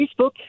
Facebook